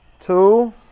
two